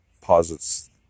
posits